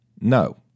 No